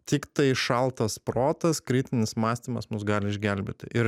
tiktai šaltas protas kritinis mąstymas mus gali išgelbėti ir